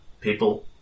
People